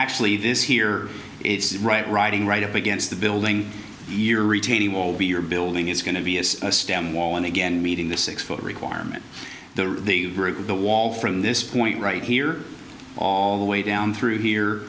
actually this here is right riding right up against the building a retaining wall we're building is going to be as a stem wall and again meeting the six foot requirement the the wall from this point right here all the way down through here